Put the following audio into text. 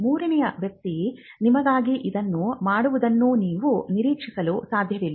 ಮೂರನೇ ವ್ಯಕ್ತಿ ನಿಮಗಾಗಿ ಇದನ್ನು ಮಾಡುವುದನ್ನು ನೀವು ನಿರೀಕ್ಷಿಸಲು ಸಾಧ್ಯವಿಲ್ಲ